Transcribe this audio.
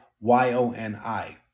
Y-O-N-I